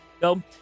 Go